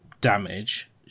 damage